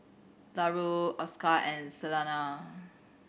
Larue Oscar and Celena